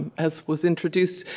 as was introduced